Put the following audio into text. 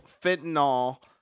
fentanyl